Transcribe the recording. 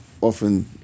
often